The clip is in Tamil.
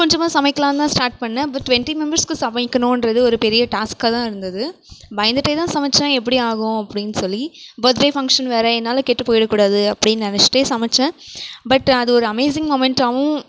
கொஞ்சமாக சமைக்கலாந்தான் ஸ்டார்ட் பண்ணேன் பட் டுவெண்டி மெம்பெர்ஸ்க்கு சமைக்கணும் என்றது ஒரு பெரிய டாஸ்க்காக தான் இருந்தது பயந்துகிட்டே தான் சமைச்சேன் எப்படி ஆகும் அப்படினு சொல்லி பர்த்டே ஃபங்ஷன் வேறு என்னால் கெட்டு போயிவிடக்கூடாது அப்படினு நினச்சிட்டே சமைச்சேன் பட் அது ஒரு அமேசிங் மொமெண்ட்டாகவும்